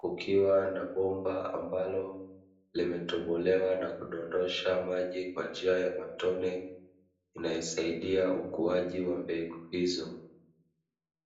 Kukiwa na bomba ambalo limetobolewa na kudondosha maji kwa njia ya matone. Inayosaidia ukuaji wa mbegu hizo.